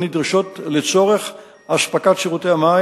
הנדרשות לצורך אספקת שירותי המים.